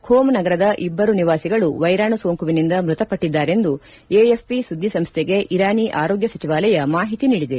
Rome ನಗರದ ಇಬ್ಬರು ನಿವಾಸಿಗಳು ವೈರಾಣು ಸೋಂಕುನಿಂದ ಮೃತ ಪಟ್ಟಿದ್ದಾರೆಂದು ಎಎಫ್ಪಿ ಸುದ್ದಿ ಸಂಸ್ದೆಗೆ ಇರಾನಿ ಆರೋಗ್ಯ ಸಚಿವಾಲಯ ಮಾಹಿತಿ ನೀಡಿದೆ